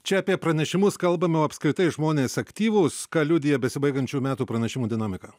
čia apie pranešimus kalbame o apskritai žmonės aktyvūs ką liudija besibaigančių metų pranešimų dinamika